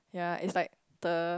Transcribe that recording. yea it's like the